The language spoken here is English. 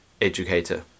educator